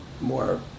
more